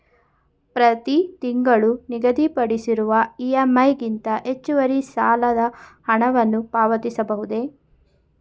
ಪ್ರತಿ ತಿಂಗಳು ನಿಗದಿಪಡಿಸಿರುವ ಇ.ಎಂ.ಐ ಗಿಂತ ಹೆಚ್ಚುವರಿ ಸಾಲದ ಹಣವನ್ನು ಪಾವತಿಸಬಹುದೇ?